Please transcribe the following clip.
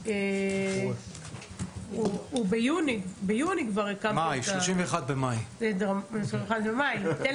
אני חושבת שזה חשוב מאוד וזה מראה את הנכונות